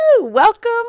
welcome